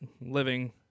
living